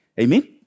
Amen